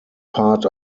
part